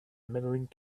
medaling